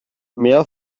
mehr